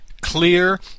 clear